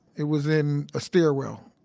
it was in a stairwell.